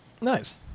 Nice